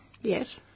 Yes